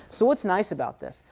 so what's nice about this?